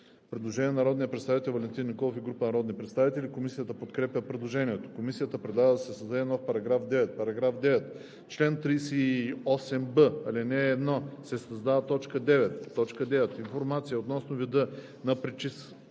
Предложение на народния представител Валентин Николов и група народни представители. Комисията подкрепя предложението. Комисията предлага да се създаде нов § 9: „§ 9. В чл. 38б, ал. 1 се създава т. 9: „9. информация относно вида на причисления